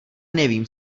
nevím